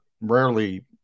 rarely